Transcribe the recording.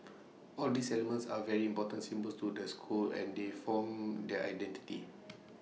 all these elements are very important symbols to the school and they form their identity